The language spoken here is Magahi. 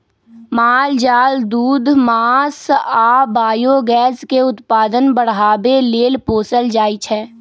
माल जाल दूध मास आ बायोगैस के उत्पादन बढ़ाबे लेल पोसल जाइ छै